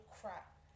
crap